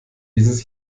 dieses